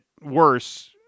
worse